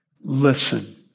Listen